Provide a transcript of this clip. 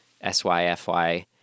S-Y-F-Y